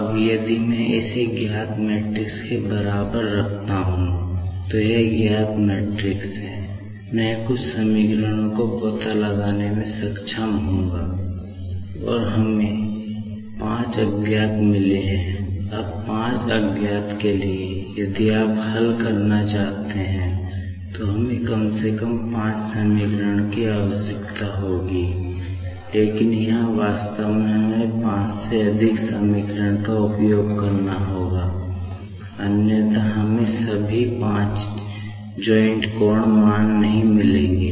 अब यदि मैं इसे ज्ञात मैट्रिक्स मान नहीं मिलेंगे